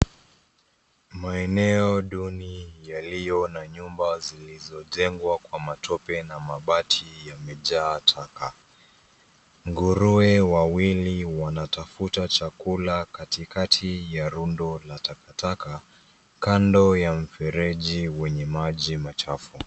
Maeneo duni yaliyo na yaliyo na nyumba zilizojengwa kwa matope na mabati, yamejaa taka. Nguruwe wawili wanatafuta chakula katikati ya rundo la takataka, kando ya mfereji wenye maji machafu.